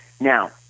Now